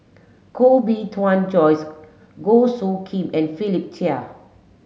Koh Bee Tuan Joyce Goh Soo Khim and Philip Chia